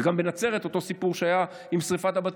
וגם בנצרת אותו סיפור שהיה עם שרפת הבתים.